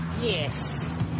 Yes